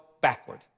backward